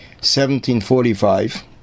1745